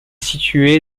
situé